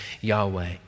yahweh